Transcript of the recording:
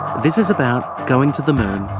this is about going to the moon,